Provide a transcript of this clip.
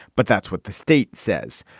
but that's what the state says.